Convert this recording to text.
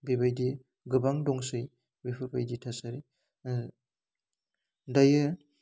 बेबायदि गोबां दंसै बेफोरबायदि थासारि दायो